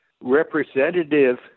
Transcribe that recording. representative